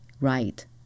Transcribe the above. right